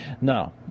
Now